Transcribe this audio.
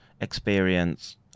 experience